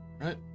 Right